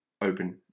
open